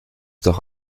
doch